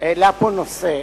העלה פה נושא,